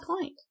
point